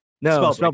No